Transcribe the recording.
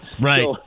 Right